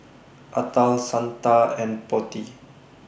Atal Santha and Potti